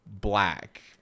black